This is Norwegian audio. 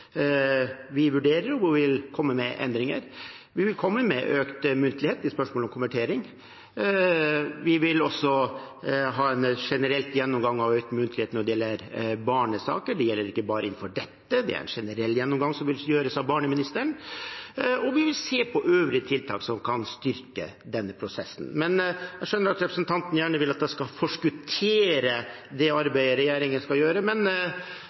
vi vurderer å komme med endringer. Vi vil komme med økt muntlighet i spørsmål om konvertering. Vi vil også ha en generell gjennomgang av økt muntlighet når det gjelder barnesaker. Men det gjelder ikke bare innenfor dette, det er en generell gjennomgang som vil gjøres av barneministeren, og vi vil se på øvrige tiltak som kan styrke denne prosessen. Jeg skjønner at representanten gjerne vil at jeg skal forskuttere det arbeidet regjeringen skal gjøre, men